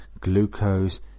glucose